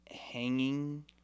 hanging